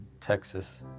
Texas